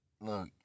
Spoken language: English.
Look